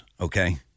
okay